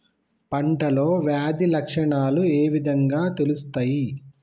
పంటలో వ్యాధి లక్షణాలు ఏ విధంగా తెలుస్తయి?